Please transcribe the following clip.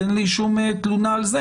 אין לי שום תלונה על זה